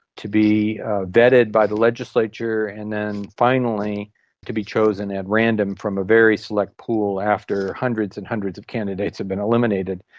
to be vetted by the legislature, and then finally to be chosen at random from a very select pool after hundreds and hundreds of candidates have been eliminated.